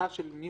הקביעה מה